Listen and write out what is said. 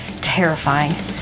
Terrifying